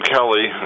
Kelly